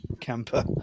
camper